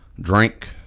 drink